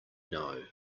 know